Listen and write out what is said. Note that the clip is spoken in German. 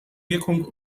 wirkung